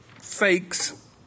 fakes